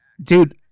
dude